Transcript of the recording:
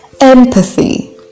empathy